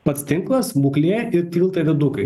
pats tinklas būklė ir tiltai viadukai